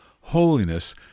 Holiness